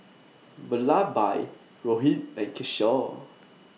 Vallabhbhai Rohit and Kishore